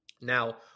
Now